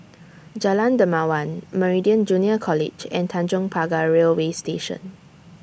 Jalan Dermawan Meridian Junior College and Tanjong Pagar Railway Station